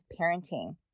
parenting